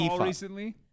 recently